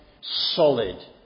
solid